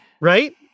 right